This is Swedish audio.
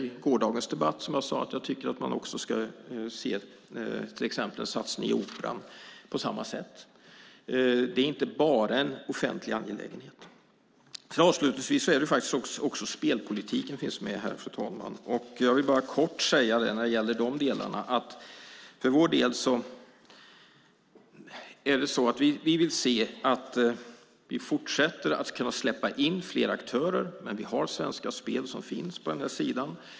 I gårdagens debatt sade jag att jag tycker att man ska se en satsning på exempelvis operan på samma sätt. Det är inte bara en offentlig angelägenhet. Avslutningsvis ska jag ta upp spelpolitiken, som också finns med här. För vår del vill vi se att vi fortsätter att släppa in fler aktörer samtidigt som vi har Svenska Spel.